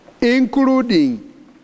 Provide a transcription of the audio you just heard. including